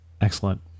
Excellent